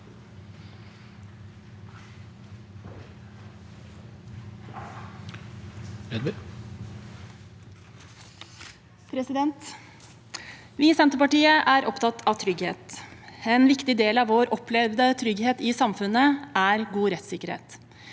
Vi i Senterpartiet er opptatt av trygghet. En viktig del av vår opplevde trygghet i samfunnet er god rettssikkerhet.